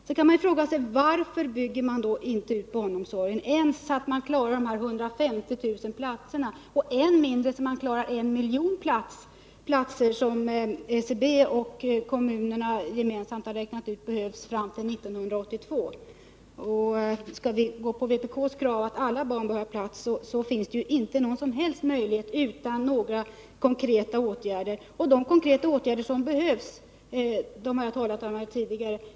Sedan kan vi fråga oss: Varför bygger man då inte ut barnomsorgen så att man klarar de 150 000 platserna — och än mindre så att man klarar den miljon platser som enligt vad SCB och kommunerna gemensamt har räknat ut behövs fram till 1982? Och vill man genomföra vpk:s krav att alla barn skall ha plats, så finns det ju inte någon som helst möjlighet utan några konkreta åtgärder. De konkreta åtgärder som behövs har jag talat om tidigare.